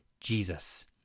Jesus